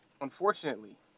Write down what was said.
unfortunately